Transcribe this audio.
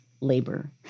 labor